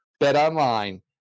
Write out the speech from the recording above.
BetOnline